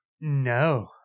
no